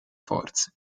forze